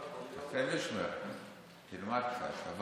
תלמד קצת.